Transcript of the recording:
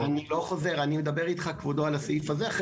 אני לא חוזר, אני מדבר איתך על הסעיף הזה, כבודו.